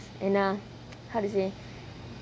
and ah how to say